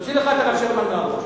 תוציא לך את הרב שרמן מהראש.